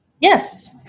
Yes